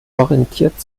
orientiert